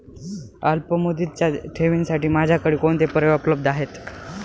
अल्पमुदतीच्या ठेवींसाठी माझ्याकडे कोणते पर्याय उपलब्ध आहेत?